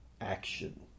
action